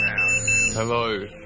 Hello